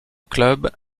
club